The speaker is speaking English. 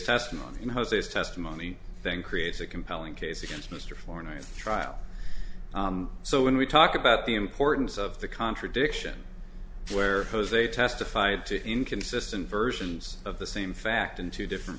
testimony in jose's testimony thing creates a compelling case against mr four night trial so when we talk about the importance of the contradiction where jose testified to inconsistent versions of the same fact in two different